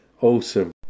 Awesome